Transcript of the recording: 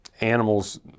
animals